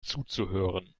zuzuhören